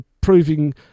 proving